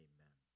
Amen